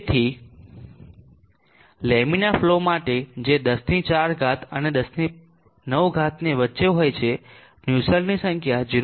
તેથી laminar flow માટે જે 104 અને 109 ની વચ્ચે હોય છે નુસેલ્ટની સંખ્યા 0